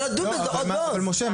לא, אבל, משה,